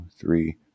three